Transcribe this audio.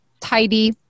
tidy